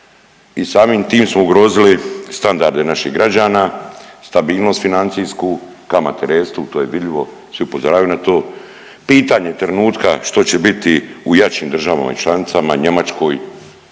I samim tim smo ugrozili standarde naših građana, stabilnost financijsku, kamate restu to je vidljivo, svi upozoravaju na to. Pitanje trenutka što će biti u jačim državama članicama Njemačkoj,